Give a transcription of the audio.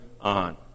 on